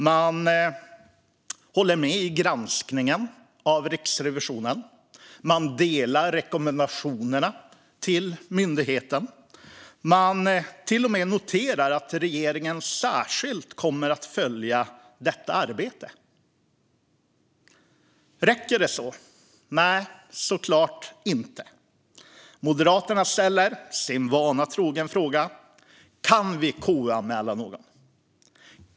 Man instämmer i granskningen som har gjorts av Riksrevisionen, man instämmer i rekommendationerna till myndigheten och man till och med noterar att regeringen särskilt kommer att följa arbetet. Räcker det så? Nej, såklart inte. Moderaterna ställer sin vana trogen frågorna: Kan vi KU-anmäla någon?